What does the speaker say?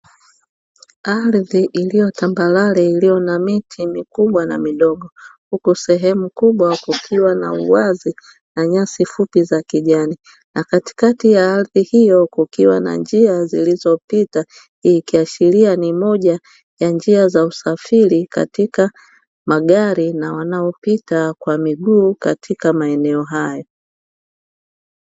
Ardhi iliyo tambarere iliyo na miti mikubwa na midogo, huku sehemu kubwa kukiwa na uwazi, na nyasi fupi za kijani, na katikati ya ardhi hiyo kukiwa na njia zilizopita, ikiashiria ni moja ya njia za usafiri katika magari na wanaopita kwa miguu katika maeneo hayo.